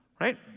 Right